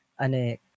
ane